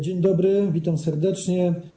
Dzień dobry, witam serdecznie.